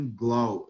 glow